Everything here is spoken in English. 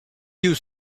you